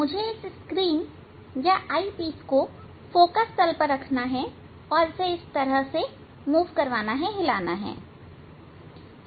मुझे इस स्क्रीन या आईपीस को फोकल तल पर रखना है और इसे हिलाना होगा